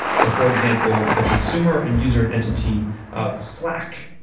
so, for example, the consumer and user and entity of slack,